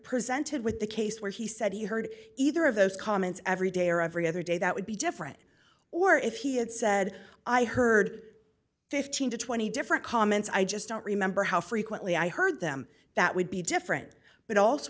presented with the case where he said he heard either of those comments every day or every other day that would be different or if he had said i heard fifteen to twenty different comments i just don't remember how frequently i heard them that would be different but also